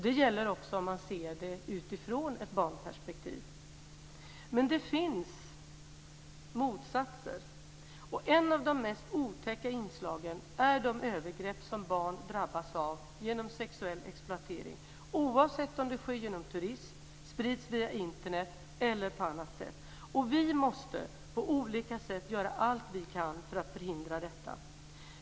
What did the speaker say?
Det gäller också om man ser den i ett barnperspektiv. Men det finns motsatser. Ett av de mest otäcka inslagen är de övergrepp som barn drabbas av genom sexuell exploatering oavsett om det sker genom turism, sprids via Internet eller på annat sätt. Vi måste på olika sätt göra allt vi kan för att förhindra detta.